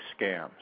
scams